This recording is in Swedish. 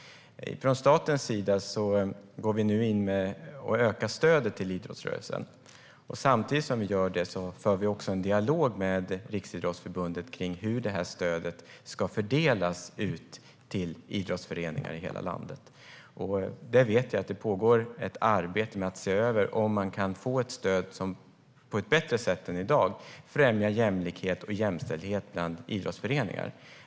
Från statens sida går vi nu in och ökar stödet till idrottsrörelsen. Samtidigt som vi gör det för vi också en dialog med Riksidrottsförbundet om hur stödet ska fördelas ut till idrottsföreningar över hela landet. Jag vet att det pågår ett arbete med att se över om man kan få ett stöd som på ett bättre sätt än i dag främjar jämlikhet och jämställdhet bland idrottsföreningar.